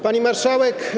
Pani Marszałek!